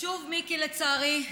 שוב, מיקי, לצערי,